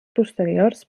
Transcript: posteriors